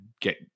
get